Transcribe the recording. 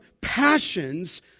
passions